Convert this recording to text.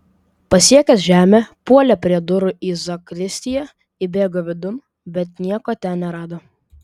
pasiekęs žemę puolė prie durų į zakristiją įbėgo vidun bet nieko ten nerado